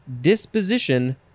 disposition